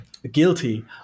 guilty